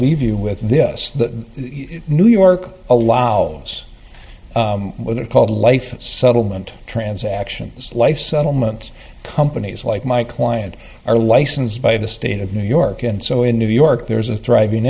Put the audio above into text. leave you with this the new york allows what it called a life settlement transactions life settlement companies like my client are licensed by the state of new york and so in new york there's a thriving